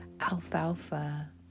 Alfalfa